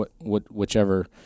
whichever